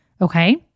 Okay